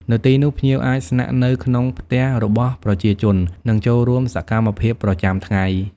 នៅទីនោះ ភ្ញៀវអាចស្នាក់នៅក្នុងផ្ទះរបស់ប្រជាជន និងចូលរួមសកម្មភាពប្រចាំថ្ងៃ។